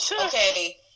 Okay